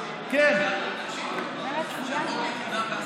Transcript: מסכים איתך,